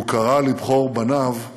כי הוא קרא לבכור בניו פלמח.